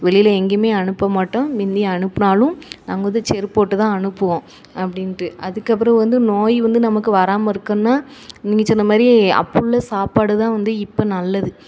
வெளியில் எங்கேயுமே அனுப்பமாட்டோம் முந்தி அனுப்பினாலும் நாங்கள் வந்து செருப்புபோட்டு தான் அனுப்புவோம் அப்படின்ட்டு அதுக்கப்புறம் வந்து நோய் வந்து நமக்கு வராமல் இருக்கணும்னா நீங்கள் சொன்ன மாதிரி அப்போது உள்ள சாப்பாடு தான் வந்து இப்போ நல்லது